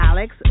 Alex